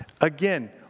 Again